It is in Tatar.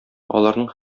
аларның